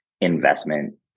investment